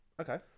Okay